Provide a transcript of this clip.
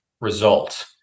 result